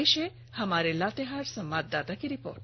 पेष है हमारे लातेहार संवाददाता की रिपोर्ट